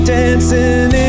dancing